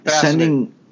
sending